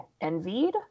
Envied